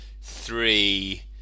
three